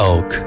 Oak